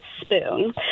spoon